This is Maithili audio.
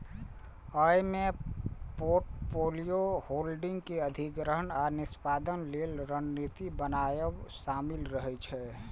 अय मे पोर्टफोलियो होल्डिंग के अधिग्रहण आ निष्पादन लेल रणनीति बनाएब शामिल रहे छै